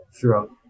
throughout